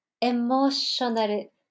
emotional